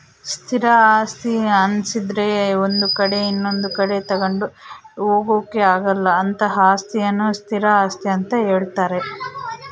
ಸ್ಥಿರ ಆಸ್ತಿ ಅನ್ನಿಸದ್ರೆ ಒಂದು ಕಡೆ ಇನೊಂದು ಕಡೆ ತಗೊಂಡು ಹೋಗೋಕೆ ಆಗಲ್ಲ ಅಂತಹ ಅಸ್ತಿಯನ್ನು ಸ್ಥಿರ ಆಸ್ತಿ ಅಂತ ಹೇಳ್ತಾರೆ